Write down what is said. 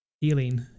healing